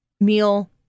meal